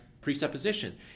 presupposition